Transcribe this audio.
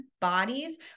bodies